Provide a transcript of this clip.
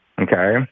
Okay